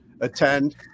attend